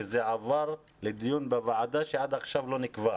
וזה עבר לדיון בוועדה שעד עכשיו לא נקבע.